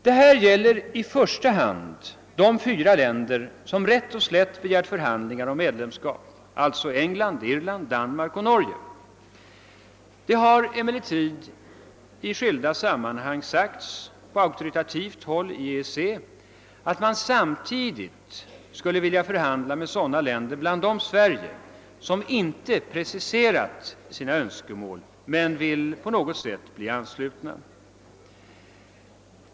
Detta gäller i första hand de fyra länder som rätt och slätt begärt förhandlingar om medlemskap, alltså England, Irland, Danmark och Norge. Det har emellertid i skilda sammanhang sagts på auktoritativt håll i EEC, att man samtidigt skulle vilja förhandla med sådana länder, bl.a. Sverige, som inte preciserat sina önskemål men på något sätt vill bli anslutna.